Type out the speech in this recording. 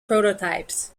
prototypes